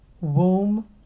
womb